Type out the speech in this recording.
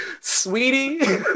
Sweetie